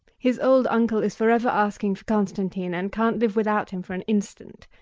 his old uncle is forever asking for constantine, and can't live without him for an instant.